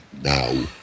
now